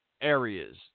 areas